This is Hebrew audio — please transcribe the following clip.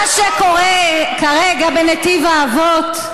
מה שקורה כרגע בנתיב האבות,